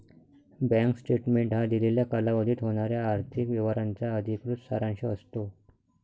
bank statement हा दिलेल्या कालावधीत होणाऱ्या आर्थिक व्यवहारांचा अधिकृत सारांश असतो